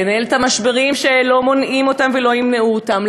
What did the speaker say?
לנהל את המשברים שלא מונעים אותם ולא ימנעו אותם,